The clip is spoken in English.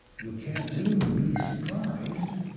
you can't really be surprised